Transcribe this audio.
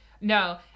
No